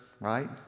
right